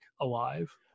alive